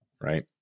right